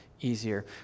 easier